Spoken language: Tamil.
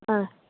ஆ